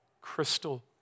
crystal